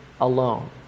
alone